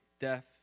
death